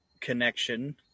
connection